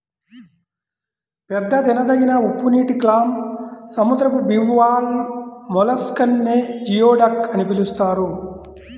పెద్ద తినదగిన ఉప్పునీటి క్లామ్, సముద్రపు బివాల్వ్ మొలస్క్ నే జియోడక్ అని పిలుస్తారు